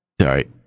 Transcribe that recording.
Sorry